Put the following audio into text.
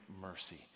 mercy